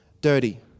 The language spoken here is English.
dirty